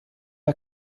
der